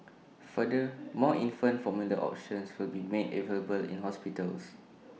further more infant formula options will be made available in hospitals